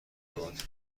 بود